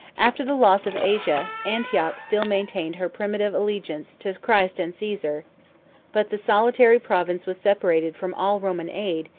after the loss of asia, antioch still maintained her primitive allegiance to christ and caesar but the solitary province was separated from all roman aid,